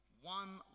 One